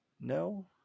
No